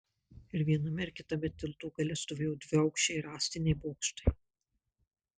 ir viename ir kitame tilto gale stovėjo dviaukščiai rąstiniai bokštai